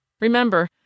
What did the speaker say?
Remember